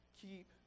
keep